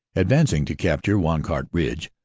advancing to capture wancourt ridge,